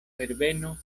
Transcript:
herbeno